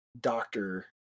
doctor